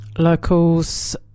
locals